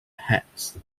hats